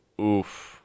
oof